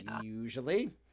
Usually